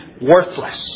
worthless